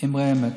אמרי אמת.